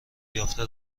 یافته